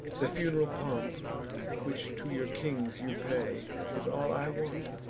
the fun'ral pomp which to your kings you pay, is all i want,